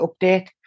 update